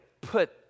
put